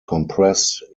compressed